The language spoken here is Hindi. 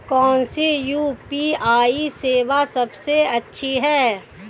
कौन सी यू.पी.आई सेवा सबसे अच्छी है?